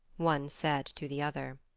one said to the other.